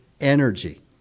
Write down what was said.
energy